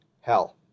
hell